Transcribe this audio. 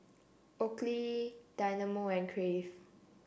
Oakley Dynamo and Crave